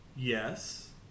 Yes